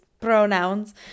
pronouns